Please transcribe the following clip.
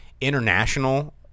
international